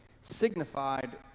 signified